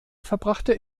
verbrachte